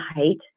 height